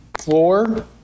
floor